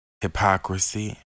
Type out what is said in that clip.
hypocrisy